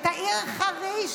את העיר חריש,